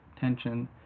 tension